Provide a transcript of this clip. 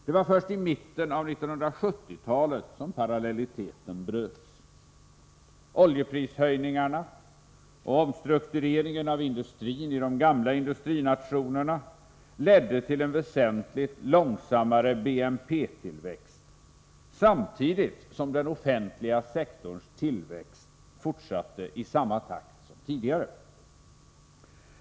Det var först i mitten av 1970-talet som parallelliteten bröts. Oljeprishöjningarna och omstruktureringen av industrin i de gamla industrinationerna ledde till en väsentligt långsammare BNP-tillväxt, samtidigt som den offentliga sektorns tillväxt fortsatte i samma takt som tidigare.